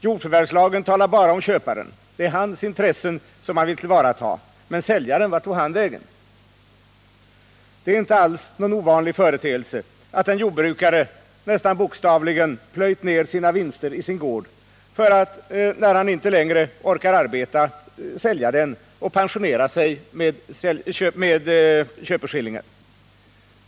Jordförvärvslagen talar bara om köparen. Det är hans intressen som man vill tillvarata. Men säljaren — vart tog han vägen? Det är inte alls någon ovanlig företeelse att en jordbrukare nästan bokstavligen plöjt ned sina vinster i sin gård för att, när han inte längre orkar arbeta, sälja den och pensionera sig med köpeskillingen.